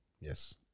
yes